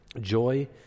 Joy